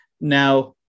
Now